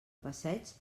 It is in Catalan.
passeig